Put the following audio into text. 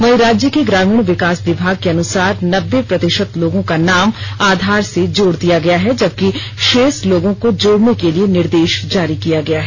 वहीं राज्य के ग्रामीण विकास विभाग के अनुसार नब्बे प्रतिशत लोगों का नाम आधार से जोड़ दिया गया है जबकि शेष लोगों को जोड़ने के लिए निर्देश जारी किया गया है